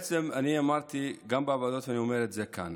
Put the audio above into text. אמרתי בוועדות, ואני אומר גם כאן: